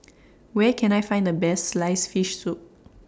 Where Can I Find The Best Sliced Fish Soup